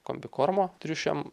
kombikormo triušiam